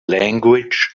language